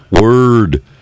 word